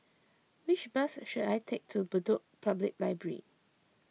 which bus should I take to Bedok Public Library